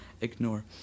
Ignore